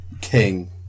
king